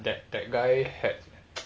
that that guy had